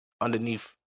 underneath